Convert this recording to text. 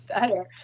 better